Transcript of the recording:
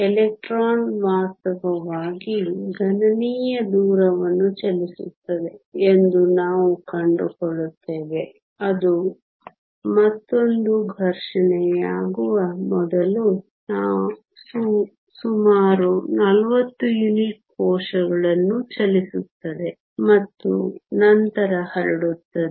electron ವಾಸ್ತವವಾಗಿ ಗಣನೀಯ ದೂರವನ್ನು ಚಲಿಸುತ್ತದೆ ಎಂದು ನಾವು ಕಂಡುಕೊಳ್ಳುತ್ತೇವೆ ಅದು ಮತ್ತೊಂದು ಘರ್ಷಣೆಯಾಗುವ ಮೊದಲು ಸುಮಾರು 40 ಯೂನಿಟ್ ಕೋಶಗಳನ್ನು ಚಲಿಸುತ್ತದೆ ಮತ್ತು ನಂತರ ಹರಡುತ್ತದೆ